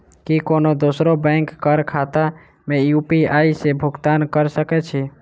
की कोनो दोसरो बैंक कऽ खाता मे यु.पी.आई सऽ भुगतान कऽ सकय छी?